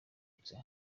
uvutse